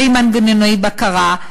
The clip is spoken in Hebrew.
בלי מנגנוני בקרה,